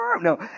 no